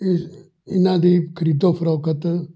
ਇਹ ਇਹਨਾਂ ਦੀ ਖ਼ਰੀਦੋ ਫ਼ਰੋਕਤ